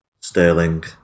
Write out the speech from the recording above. Sterling